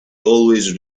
always